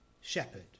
shepherd